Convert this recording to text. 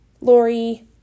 Lori